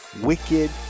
Wicked